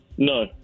No